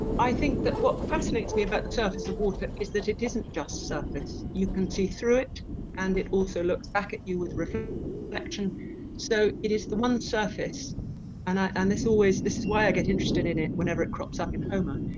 i think that what fascinates me about the surface of water is that it isn't just surface you can see through it and it also looks back at you with reflection so it is the one surface and and this always this is why i get interested in it whenever it crops up in homer,